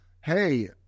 hey